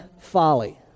folly